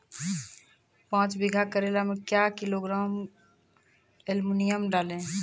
पाँच बीघा करेला मे क्या किलोग्राम एलमुनियम डालें?